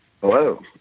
Hello